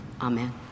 Amen